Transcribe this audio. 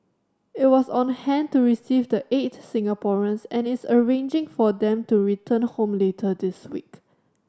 it was on hand to receive the eight Singaporeans and is arranging for them to return home later this week